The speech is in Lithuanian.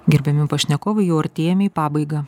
gerbiami pašnekovai jau artėjame į pabaigą